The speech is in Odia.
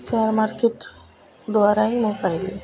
ସେୟାର୍ ମାର୍କେଟ୍ ଦ୍ୱାରା ହିଁ ମୁଁ ପାଇଲି